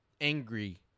angry